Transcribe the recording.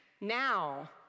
now